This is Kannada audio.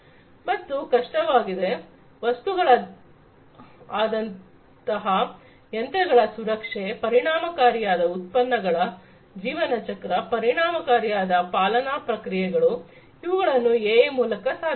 ಮತ್ತೆ ಕಷ್ಟವಾಗಿದೆ ವಸ್ತುಗಳ ಆದಂತಹ ಯಂತ್ರಗಳ ಸುರಕ್ಷೆ ಪರಿಣಾಮಕಾರಿಯಾದ ಉತ್ಪನ್ನಗಳ ಜೀವನಚಕ್ರ ಪರಿಣಾಮಕಾರಿಯಾದ ಪಾಲನಾ ಪ್ರಕ್ರಿಯೆಗಳು ಇವುಗಳನ್ನು ಎಐ ಮೂಲಕ ಸಾಧಿಸಬಹುದು